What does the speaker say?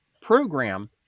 program